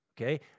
okay